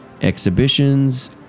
exhibitions